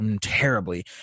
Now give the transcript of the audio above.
terribly